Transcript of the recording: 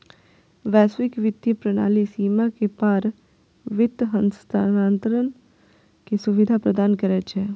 वैश्विक वित्तीय प्रणाली सीमा के पार वित्त हस्तांतरण के सुविधा प्रदान करै छै